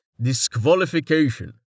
disqualification